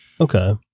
Okay